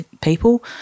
people